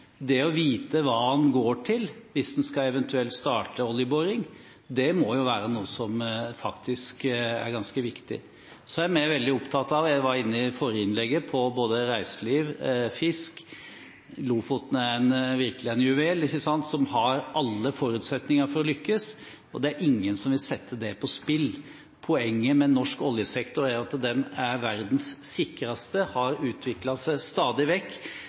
Det å vite hva en går til hvis en eventuelt skal starte oljeboring, må jo være noe som faktisk er ganske viktig. Vi er veldig opptatt av – som jeg var inne på i det forrige innlegget – både reiseliv og fisk. Lofoten er virkelig en juvel som har alle forutsetninger for å lykkes, og det er ingen som vil sette det på spill. Poenget med norsk oljesektor er at den er verdens sikreste og har utviklet seg stadig.